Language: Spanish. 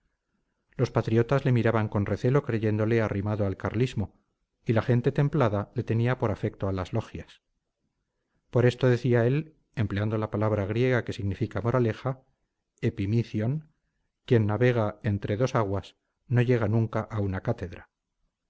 los patriotas le miraban con recelo creyéndole arrimado al carlismo y la gente templada le tenía por afecto a las logias por esto decía él empleando la palabra griega que significa moraleja epimicion quien navega entre dos aguas no llega nunca a una cátedra